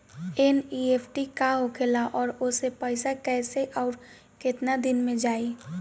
NEFT का होखेला और ओसे पैसा कैसे आउर केतना दिन मे जायी?